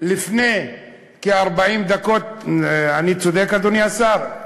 לפני כ-40 דקות, אני צודק, אדוני השר?